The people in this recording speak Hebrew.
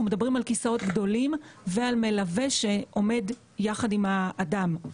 מדברים על כיסאות גדולים ועל מלווה שעומד יחד עם האדם.